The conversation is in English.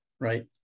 right